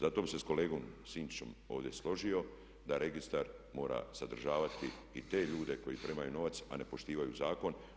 Zato bih se s kolegom Sinčićem ovdje složio da registar mora sadržavati i te ljude koji primaju novac, a ne poštivaju zakon.